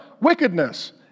wickedness